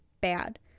bad